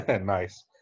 Nice